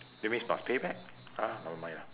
that means pay back ah never mind lah